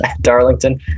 Darlington